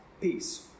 peace